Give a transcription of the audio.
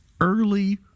early